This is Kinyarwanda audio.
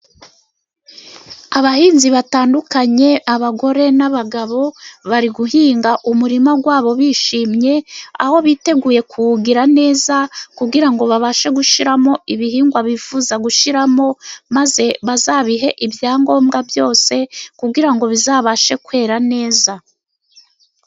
Abahinzi batandukanye abagore n'abagabo bari guhinga umurima wabo bishimye. Aho biteguye kuwugira neza kugira ngo babashe gushiramo ibihingwa bifuza gushiramo, maze bazabihe ibyangombwa byose kugira ngo bizabashe kwera neza.